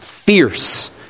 fierce